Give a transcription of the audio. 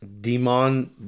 demon